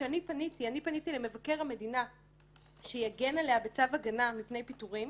אני פניתי למבקר המדינה שיגן עליה בצו הגנה מפני פיטורים.